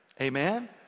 Amen